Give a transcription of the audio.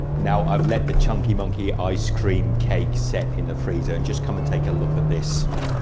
now i've let the chunky monkey ice cream cake set in the freezer and just come and take a look at this.